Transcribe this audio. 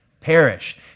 Perish